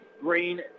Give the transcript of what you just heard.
Green